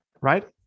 right